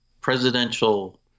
presidential